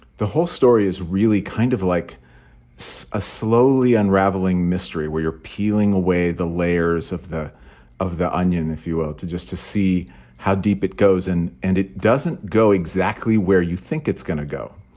the whole story is really kind of like a slowly unraveling mystery where you're peeling away the layers of the of the onion, if you will, to just to see how deep it goes in. and it doesn't go exactly where you think it's going to go.